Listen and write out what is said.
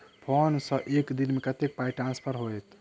Phone सँ एक दिनमे कतेक पाई ट्रान्सफर होइत?